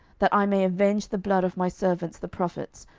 that i may avenge the blood of my servants the prophets,